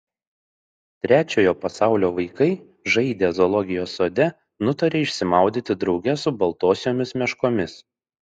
trečiojo pasaulio vaikai žaidę zoologijos sode nutarė išsimaudyti drauge su baltosiomis meškomis